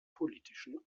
politischen